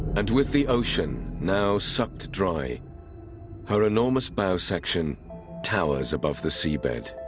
and with the ocean now sucked dry her enormous bow section towers above the seabed.